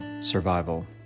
survival